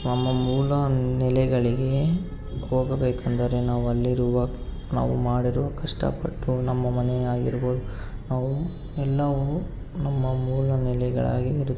ನಮ್ಮ ಮೂಲ ನೆಲೆಗಳಿಗೆ ಹೋಗಬೇಕೆಂದರೆ ನಾವಲ್ಲಿರುವ ನಾವು ಮಾಡಿರೋ ಕಷ್ಟಪಟ್ಟು ನಮ್ಮ ಮನೆ ಆಗಿರ್ಬೌದು ನಾವು ಎಲ್ಲವೂ ನಮ್ಮ ಮೂಲ ನೆಲೆಗಳಾಗಿರುತ್ತವೆ